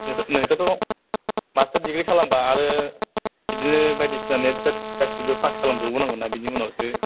नोंसोरथ' master degree खालामबा आरो बिदिनो बायदिसिना नेट सेट गासैबो पास खालामजोब्बावनांगोन ना बिनि उनावसो